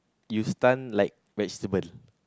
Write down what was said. you stun like vegetable